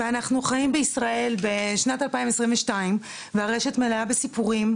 אנחנו חיים בישראל של שנת 2022 והרשת מלאה כולה בסיפורים